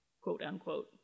quote-unquote